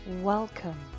Welcome